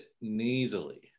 nasally